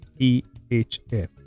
EHF